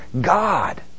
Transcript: God